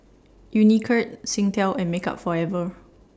Unicurd Singtel and Makeup Forever